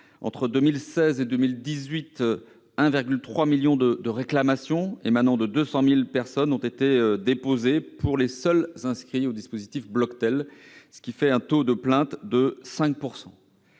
entre 2016 et 2018, 1,3 million de réclamations émanant de 200 000 personnes ont été déposées pour les seuls inscrits au dispositif Bloctel, soit un taux de plaintes de 5